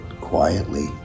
quietly